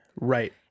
Right